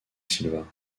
silva